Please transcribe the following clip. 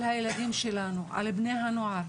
על הילדים שלנו, על בני הנוער.